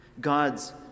God's